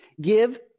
give